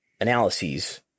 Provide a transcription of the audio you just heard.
analyses